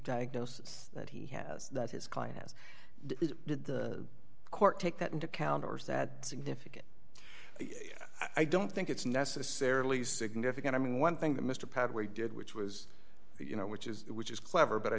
diagnosis that he has that his client has did the court take that into account or sad significant i don't think it's necessarily significant i mean one thing that mr pathway did which was you know which is which is clever but i